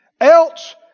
Else